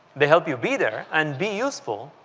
they help you be there and be useful,